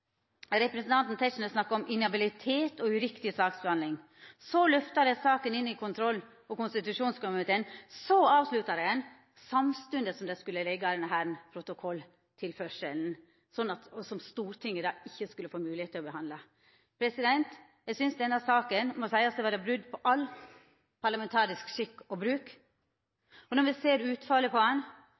Representanten Tetzschner, komitémedlem frå Høgre, snakka om inhabilitet og uriktig saksbehandling. Dei lyfta saka inn i kontroll- og konstitusjonskomiteen. Så avslutta dei saka, samstundes som dei la til protokolltilførselen, som Stortinget da ikkje ville få moglegheit til å behandla. Eg synest denne saka må seiast å vera brot på all parlamentarisk skikk og bruk. Når me ser utfallet